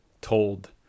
told